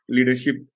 Leadership